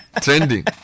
trending